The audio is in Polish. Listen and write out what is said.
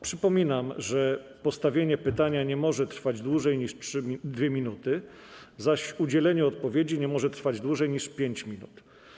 Przypominam, że postawienie pytania nie może trwać dłużej niż 2 minuty, zaś udzielenie odpowiedzi nie może trwać dłużej niż 5 minut.